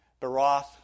Baroth